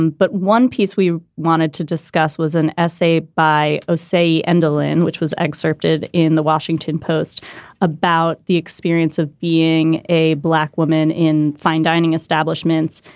and but one piece we wanted to discuss was an essay by ah osa enderlin, which was excerpted in the washington post about the experience of being a black woman in fine dining establishments.